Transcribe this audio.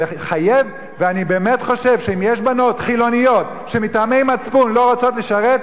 אני באמת חושב שאם יש בנות חילוניות שמטעמי מצפון לא רוצות לשרת,